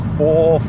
four